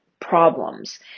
Problems